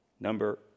Number